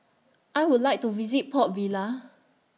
I Would like to visit Port Vila